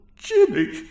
Jimmy